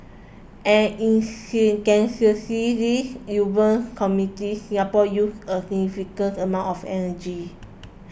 an intensively urban community Singapore uses a significant amount of energy